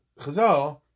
Chazal